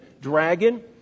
dragon